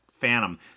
Phantom